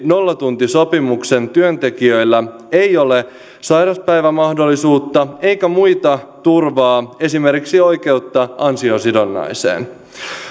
nollatuntisopimuksen työntekijöillä ei ole sairauspäivämahdollisuutta eikä muuta turvaa esimerkiksi oikeutta ansiosidonnaiseen